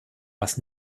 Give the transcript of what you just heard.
was